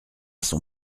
son